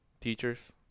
Teachers